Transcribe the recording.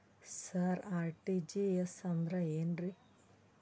ಸರ RTGS ಅಂದ್ರ ಏನ್ರೀ?